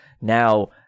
now